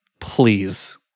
Please